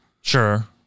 Sure